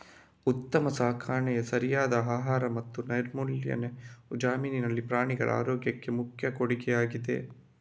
ಉತ್ತಮ ಸಾಕಾಣಿಕೆ, ಸರಿಯಾದ ಆಹಾರ ಮತ್ತು ನೈರ್ಮಲ್ಯವು ಜಮೀನಿನಲ್ಲಿ ಪ್ರಾಣಿಗಳ ಆರೋಗ್ಯಕ್ಕೆ ಮುಖ್ಯ ಕೊಡುಗೆಯಾಗಿದೆ